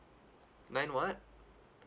nine what